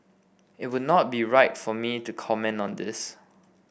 it would not be right for me to comment on this